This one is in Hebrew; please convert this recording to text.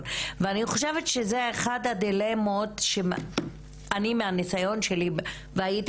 ואני חושבת שזה אחד הדילמות שאני מהניסיון שלי והייתי